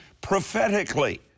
prophetically